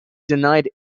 denied